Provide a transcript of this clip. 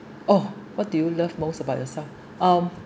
oh what do you love most about yourself um